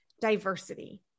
diversity